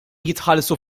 jitħallsu